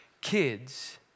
kids